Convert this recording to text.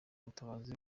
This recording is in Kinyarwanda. ubutabazi